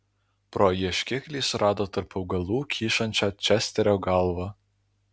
pro ieškiklį surado tarp augalų kyšančią česterio galvą